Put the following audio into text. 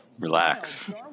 Relax